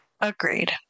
agreed